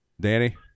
Danny